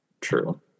true